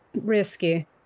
Risky